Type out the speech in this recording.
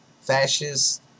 fascists